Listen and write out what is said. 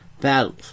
battles